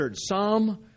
Psalm